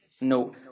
no